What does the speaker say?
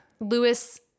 Lewis